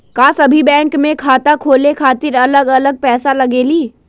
का सभी बैंक में खाता खोले खातीर अलग अलग पैसा लगेलि?